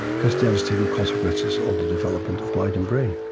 has devastating consequences on the development of mind and brain